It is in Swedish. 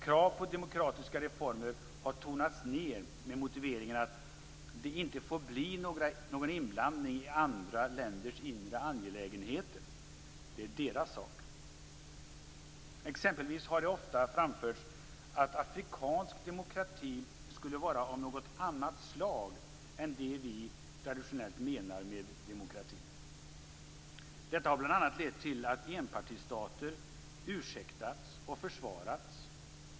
Krav på demokratiska reformer har tonats ned, med motiveringen att det inte får bli någon inblandning i andra länders inre angelägenheter, att detta är deras sak. Exempelvis har det ofta framförts att afrikansk demokrati skulle vara av något annat slag än det vi traditionellt menar med demokrati. Detta har bl.a. lett till att enpartistater ursäktats och försvarats.